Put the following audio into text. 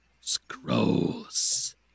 Scrolls